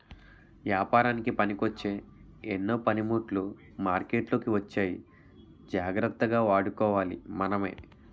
ఏపారానికి పనికొచ్చే ఎన్నో పనిముట్లు మార్కెట్లోకి వచ్చాయి జాగ్రత్తగా వాడుకోవాలి మనమే